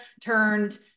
turned